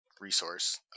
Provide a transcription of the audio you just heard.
resource